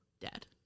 dead